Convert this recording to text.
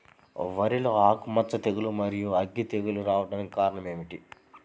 వరిలో ఆకుమచ్చ తెగులు, మరియు అగ్గి తెగులు రావడానికి కారణం ఏమిటి?